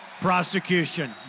prosecution